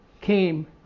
came